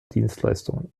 dienstleistungen